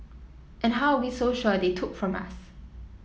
and how are we so sure they took from us